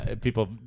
people